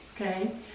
okay